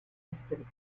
incident